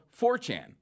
4chan